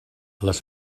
les